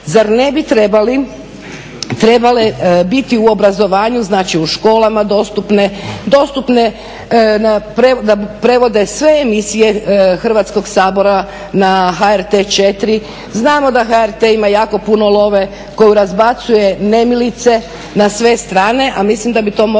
Zar ne bi trebale biti u obrazovanju znači u školama dostupne, dostupne da prevode sve emisije Hrvatskog sabora na HRT 4. Znamo da HRT ima jako puno love koju razbacuje nemilice na sve strane, a mislim da bi to moglo